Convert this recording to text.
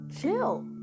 chill